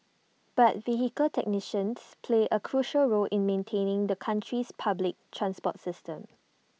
but vehicle technicians play A crucial role in maintaining the country's public transport system